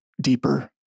deeper